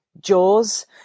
jaws